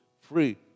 free